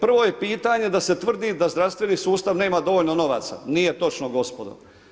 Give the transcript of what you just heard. Prvo je pitanje da se tvrdi da zdravstveni sustav nema dovoljno novaca, nije točno gospodo.